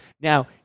now